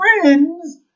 friends